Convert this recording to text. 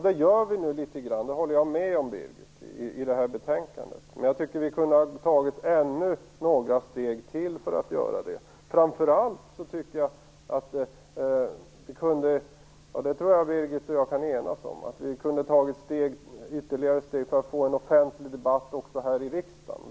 Det gör vi litet grand i det här betänkandet - det håller jag med om. Men vi kunde ha tagit ännu några steg för att göra det. Framför allt - och det tror jag att Birgit och jag kan enas om - kunde vi ha tagit ytterligare steg för att få en offentlig debatt också här i riksdagen.